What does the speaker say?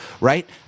right